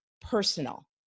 personal